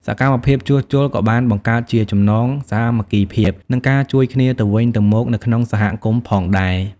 សកម្មភាពជួសជុលក៏បានបង្កើតជាចំណងសាមគ្គីភាព និងការជួយគ្នាទៅវិញទៅមកនៅក្នុងសហគមន៍ផងដែរ។